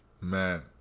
Man